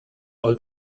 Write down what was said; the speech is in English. all